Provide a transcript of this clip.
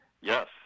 Yes